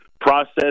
process